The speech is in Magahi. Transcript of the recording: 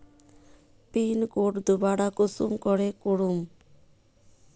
पिन कोड दोबारा कुंसम करे करूम?